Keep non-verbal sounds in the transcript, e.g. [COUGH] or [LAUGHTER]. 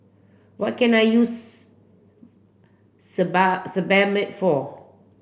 what can I use [UNINTELLIGIBLE] Sebamed for